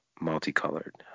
multicolored